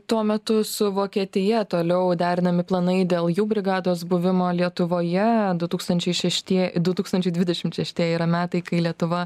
tuo metu su vokietija toliau derinami planai dėl jų brigados buvimo lietuvoje du tūkstančiai šeštie du tūkstančiai dvidešim šeštieji yra metai kai lietuva